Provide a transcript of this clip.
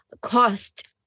cost